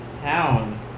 town